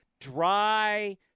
dry